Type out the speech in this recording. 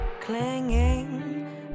Clinging